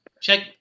check